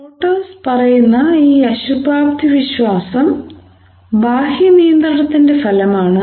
rotors സംസാരിക്കുന്ന ഈ അശുഭാപ്തിവിശ്വാസം ബാഹ്യ നിയന്ത്രണത്തിന്റെ ഫലമാണ്